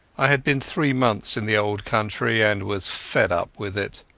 i had been three months in the old country, and was fed up with it.